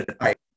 right